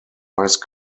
ice